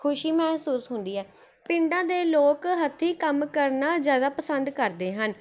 ਖੁਸ਼ੀ ਮਹਿਸੂਸ ਹੁੰਦੀ ਹੈ ਪਿੰਡਾਂ ਦੇ ਲੋਕ ਹੱਥੀਂ ਕੰਮ ਕਰਨਾ ਜ਼ਿਆਦਾ ਪਸੰਦ ਕਰਦੇ ਹਨ